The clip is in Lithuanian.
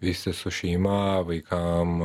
visi su šeima vaikam